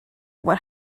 what